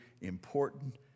important